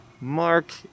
Mark